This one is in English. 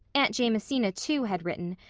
aunt jamesina, too, had written,